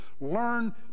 learn